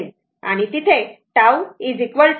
आणि येथे τ LR 0